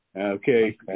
okay